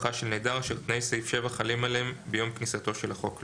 משפחה של נעדר שתנאי סעיף 7 חלים עליהם ביום כניסתו של החוק לתוקף.